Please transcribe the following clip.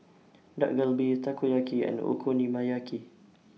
Dak Galbi Takoyaki and Okonomiyaki